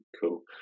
cool